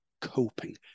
coping